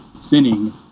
sinning